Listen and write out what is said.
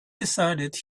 decided